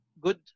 good